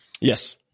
Yes